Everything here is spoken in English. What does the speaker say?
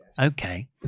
Okay